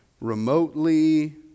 remotely